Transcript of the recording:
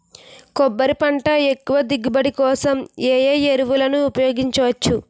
కొబ్బరి పంట ఎక్కువ దిగుబడి కోసం ఏ ఏ ఎరువులను ఉపయోగించచ్చు?